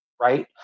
right